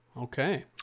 okay